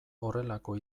horrelako